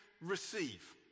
receive